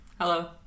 Hello